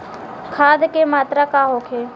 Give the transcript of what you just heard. खाध के मात्रा का होखे?